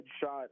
shot